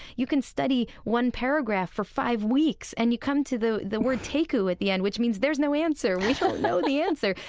you can study one paragraph for five weeks and you come to the the word teiku at the end, which means there's no answer. we don't know the answer.